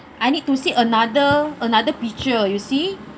I need to see another another picture you see